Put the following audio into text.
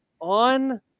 on